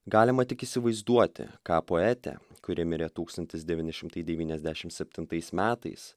galima tik įsivaizduoti ką poetė kuri mirė tūkstantis devyni šimtai devyniasdešim septintais metais